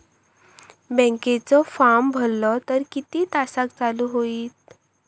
बँकेचो फार्म भरलो तर किती तासाक चालू होईत?